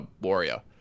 warrior